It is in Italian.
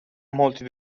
molti